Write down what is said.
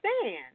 stand